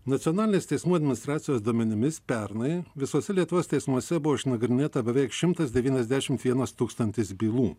nacionalinės teismų administracijos duomenimis pernai visose lietuvos teismuose buvo išnagrinėta beveik šimtas devyniasdešimt vienas tūkstantis bylų